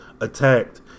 attacked